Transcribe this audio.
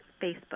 Facebook